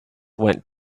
went